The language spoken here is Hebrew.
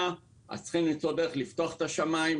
אז צריך למצוא דרך לפתוח את השמיים,